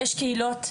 יש קהילות,